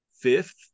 fifth